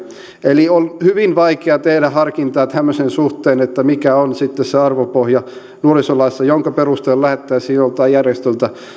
eli on hyvin vaikea tehdä harkintaa tämmöisen suhteen että mikä on sitten nuorisolaissa se arvopohja jonka perusteella lähdettäisiin joltain järjestöltä